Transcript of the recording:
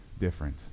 Different